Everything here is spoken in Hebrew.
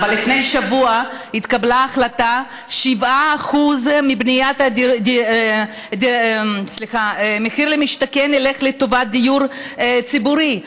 אבל לפני שבוע התקבלה החלטה ש-7% ממחיר למשתכן ילכו לטובת דיור ציבורי.